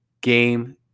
game